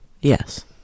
yes